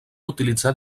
utilitzar